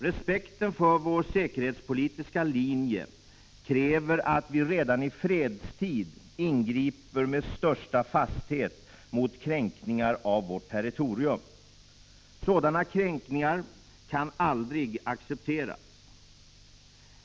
Respekten för vår säkerhetspolitiska linje kräver att vi redan i fredstid ingriper med största fasthet mot kränkningar av vårt territorium. Sådana kränkningar kan aldrig accepteras.